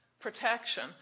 protection